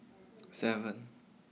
seven